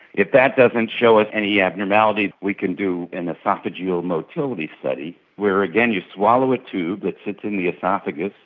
if that doesn't show us any abnormality we can do an oesophageal motility study where, again, you swallow a tube that sits in the oesophagus,